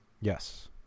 Yes